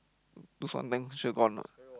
lose one thing sure gone one